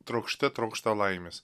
trokšte trokšta laimės